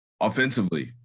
offensively